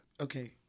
Okay